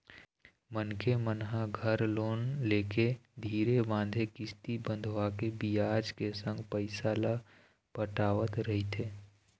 मनखे मन ह घर लोन लेके धीरे बांधे किस्ती बंधवाके बियाज के संग पइसा ल पटावत रहिथे